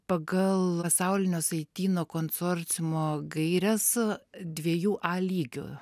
pagal pasaulinio saityno konsorciumo gaires dviejų a lygiu